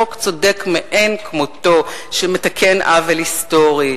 חוק צודק מאין כמותו שמתקן עוול היסטורי,